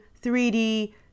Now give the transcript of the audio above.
3D